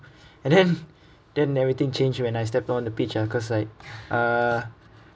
and then then everything changed when I stepped on the pitch ah cause like uh